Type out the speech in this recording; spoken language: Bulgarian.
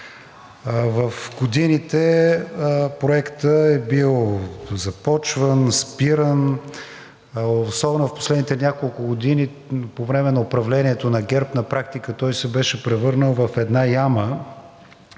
В годините проектът е бил започван, спиран. Особено в последните няколко години по време на управлението на ГЕРБ на практика той се беше превърнал в една яма,